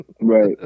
Right